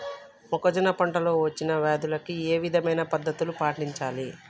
మొక్కజొన్న పంట లో వచ్చిన వ్యాధులకి ఏ విధమైన పద్ధతులు పాటించాలి?